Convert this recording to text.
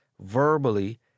verbally